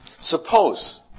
Suppose